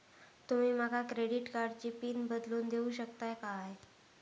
तुमी माका क्रेडिट कार्डची पिन बदलून देऊक शकता काय?